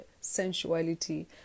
sensuality